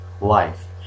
life